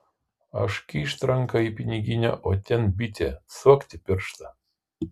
aš kyšt ranką į piniginę o ten bitė cvakt į pirštą